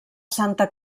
santa